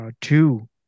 two